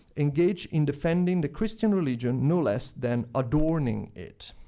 engaged in defending the christian religion, no less than adorning it.